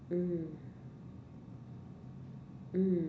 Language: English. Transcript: mm mm